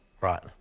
Right